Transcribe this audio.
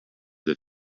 that